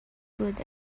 good